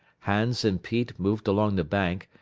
hans and pete moved along the bank,